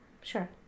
Sure